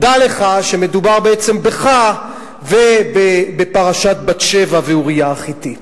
דע לך שמדובר בעצם בך ובפרשת בת-שבע ואוריה החתי.